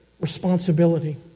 responsibility